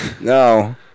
No